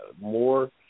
more